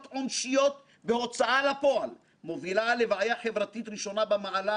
עונשיות בהוצאה לפועל מובילה לבעיה חברתית ראשונה במעלה,